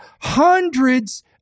hundreds